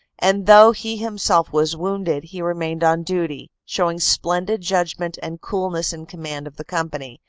and though he himself was wounded, he remained on duty, showing splen did judgment and coolness in command of the company.